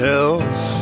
else